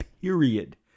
period